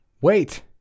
Wait